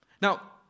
Now